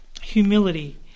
humility